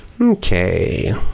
okay